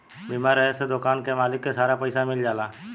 बीमा रहे से दोकान के माल के सारा पइसा मिल जाला